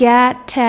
Get